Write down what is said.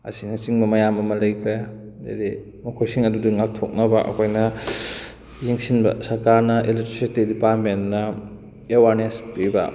ꯑꯁꯤꯅꯆꯤꯡꯕ ꯃꯌꯥꯝ ꯑꯃ ꯂꯩꯈ꯭ꯔꯦ ꯑꯗꯩꯗꯤ ꯃꯈꯣꯏꯁꯤꯡ ꯑꯗꯨꯗꯨ ꯉꯥꯛꯊꯣꯛꯅꯕ ꯑꯩꯈꯣꯏꯅ ꯌꯦꯡꯁꯤꯟꯕ ꯁꯔꯀꯥꯔꯅ ꯏꯂꯦꯛꯇ꯭ꯔꯤꯛꯁꯤꯇꯤ ꯗꯤꯄꯥꯔꯠꯃꯦꯟꯅ ꯑꯦꯋꯥꯔꯅꯦꯁ ꯄꯤꯕ